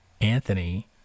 Anthony